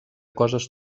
coses